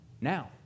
now